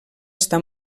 està